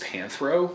Panthro